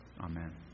Amen